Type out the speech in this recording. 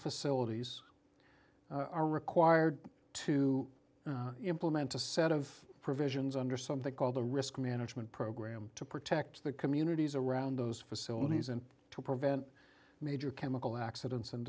facilities are required to implement a set of provisions under something called a risk management program to protect the communities around those facilities and to prevent major chemical accidents and